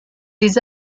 des